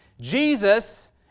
Jesus